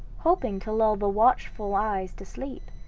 hoping to lull the watchful eyes to sleep,